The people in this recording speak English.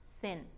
sin